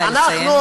נא לסיים.